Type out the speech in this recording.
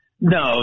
No